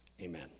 amen